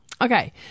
Okay